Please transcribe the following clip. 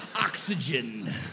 Oxygen